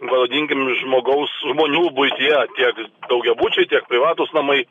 pavadinkim žmogaus žmonių buityje tiek daugiabučiai tiek privatūs namai